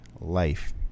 life